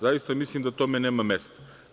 Zaista mislim da tome nema mesta.